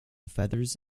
feathers